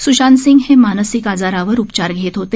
सुशांतसिंग हे मानसिक आजारावर उपचार घेत होते